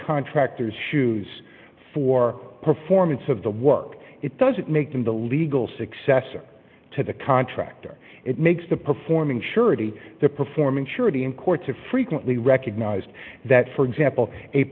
contractors shoes for performance of the work it doesn't make them the legal successor to the contractor it makes the performing surety the performance surety in courts or frequently recognized that for example a